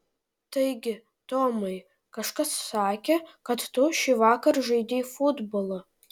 taigi tomai kažkas sakė kad tu šįvakar žaidei futbolą